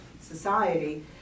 society